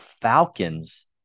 Falcons